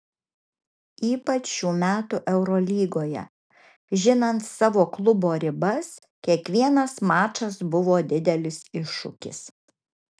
ypač šių metų eurolygoje žinant savo klubo ribas kiekvienas mačas buvo didelis iššūkis